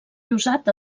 llosat